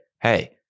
Hey